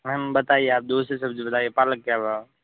बताइए आप दूसरी सब्जी बताइए पालक क्या भाव